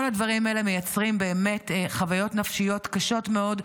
כל הדברים האלה מייצרים חוויות נפשיות קשות מאוד,